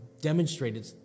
demonstrated